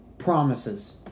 promises